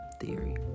theory